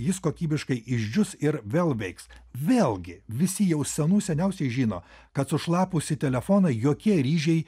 jis kokybiškai išdžius ir vėl veiks vėlgi visi jau senų seniausiai žino kad sušlapusį telefoną jokie ryžiai